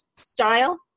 style